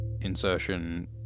insertion